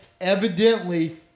evidently